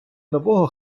нового